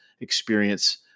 experience